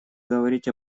говорить